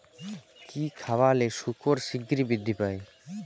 কি খাবালে শুকর শিঘ্রই বৃদ্ধি পায়?